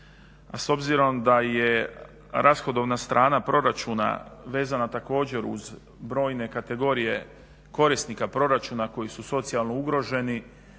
s obzirom da je rashodovna strana proračuna vezana također uz brojne kategorije korisnika proračuna koji su socijalno ugroženi,